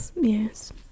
yes